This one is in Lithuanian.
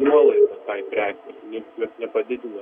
nuolaida tai prekei nieks jos nepadidino